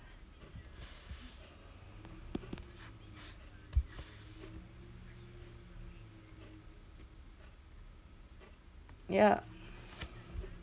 ya